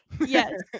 Yes